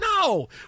No